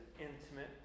intimate